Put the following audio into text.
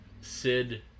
Sid